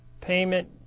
payment